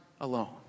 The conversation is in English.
alone